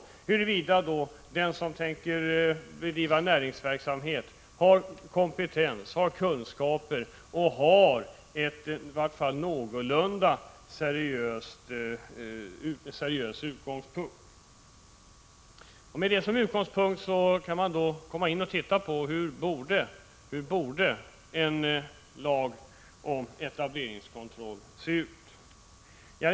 Man skall ta reda på om den som avser att bedriva näringsverksamhet har kompetens, kunskaper och en någorlunda seriös utgångspunkt för sin verksamhet. Sedan kan man ta reda på hur en etableringskontroll skall vara beskaffad.